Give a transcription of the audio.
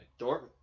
Dortmund